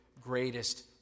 greatest